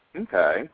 Okay